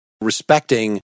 respecting